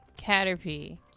Caterpie